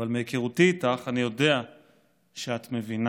אבל מהיכרותי איתך אני יודע שאת מבינה